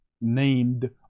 named